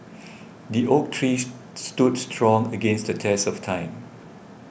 the oak trees stood strong against the test of time